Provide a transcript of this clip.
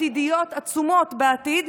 עתידיות עצומות בעתיד,